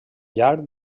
llarg